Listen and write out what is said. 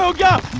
so go.